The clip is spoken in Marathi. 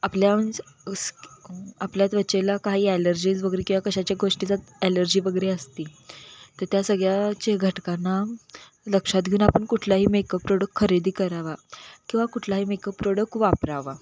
आपल्याहून स् स् आपल्या त्वचेला काही ॲलर्जीज वगैरे किंवा कशाच्या गोष्टीचा ॲलर्जी वगैरे असती तर त्या सगळ्याचे घटकांना लक्षात घेऊन आपण कुठलाही मेकअप प्रोडक्ट खरेदी करावा किंवा कुठलाही मेकअप प्रोडक्ट वापरावा